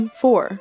four